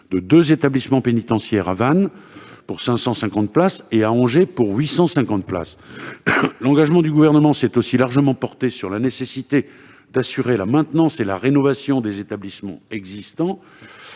de deux établissements pénitentiaires à Vannes, pour 550 places, et à Angers, pour 850 places. L'engagement du Gouvernement s'est aussi largement porté sur la nécessité d'assurer la maintenance et la rénovation des établissements existants,